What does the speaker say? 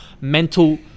Mental